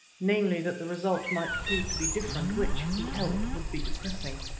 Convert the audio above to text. namely that the result might prove to be different, which, he held, would be depressing.